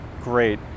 great